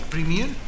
Premier